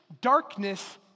darkness